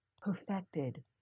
perfected